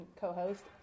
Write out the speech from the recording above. co-host